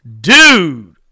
Dude